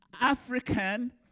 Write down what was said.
African